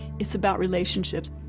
it's about relationships.